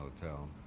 hotel